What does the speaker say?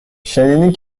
شنیدین